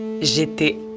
J'étais